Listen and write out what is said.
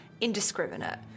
indiscriminate